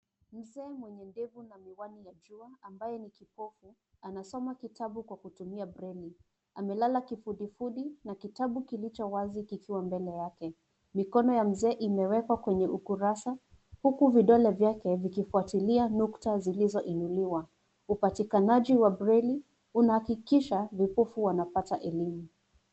Mzee mwenye ndevu na miwani ya jua ambaye ni kipovu anasoma kitabu kwa kutumia braille . Amelala kifudifudi na kitabu kilicho wazi kikiwa mbele yake . Mikono ya Mzee imewekwa kwenye Ukurusa huku vidole vyake vikifuatilia nukta zilizoinuliwa upatikanaji wa braille una hakikisha vipovu wanapata elimu.